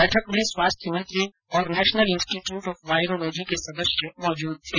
बैठक में स्वास्थ्य मंत्री और नेशनल इंस्टिट्यूट ऑफ वायरोलॉजी के सदस्य मौजूद थे